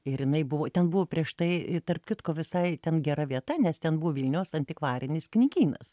ir jinai buvo ten buvo prieš tai tarp kitko visai ten gera vieta nes ten buvo vilniaus antikvarinis knygynas